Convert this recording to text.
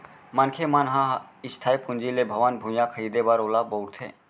मनखे मन ह इस्थाई पूंजी ले भवन, भुइयाँ खरीदें बर ओला बउरथे